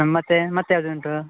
ಹಾಂ ಮತ್ತು ಮತ್ತು ಯಾವ್ದು ಉಂಟು